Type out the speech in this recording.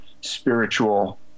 spiritual